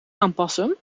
aanpassen